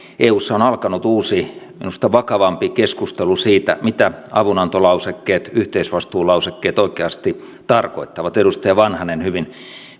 eussa on alkanut uusi minusta vakavampi keskustelu siitä mitä avunantolausekkeet yhteisvastuulausekkeet oikeasti tarkoittavat edustaja vanhanen hyvin